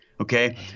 Okay